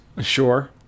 Sure